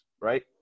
right